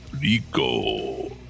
Rico